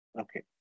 Okay